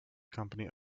company